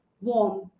warm